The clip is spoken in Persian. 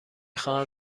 خواهم